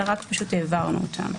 רק העברנו אותן.